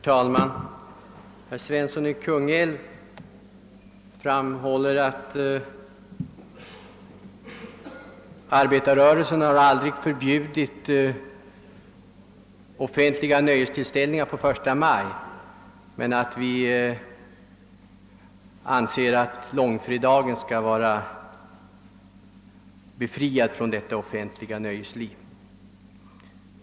Herr talman! Herr Svensson i Kungälv framhöll att arbetarrörelsen aldrig har förbjudit offentliga nöjestillställningar på första maj men att den anser att långfredagen inte heller skall vara befriad från offentligt nöjesliv.